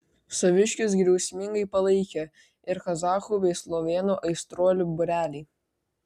saviškius griausmingai palaikė ir kazachų bei slovėnų aistruolių būreliai